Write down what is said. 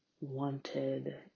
wanted